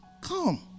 come